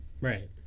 Right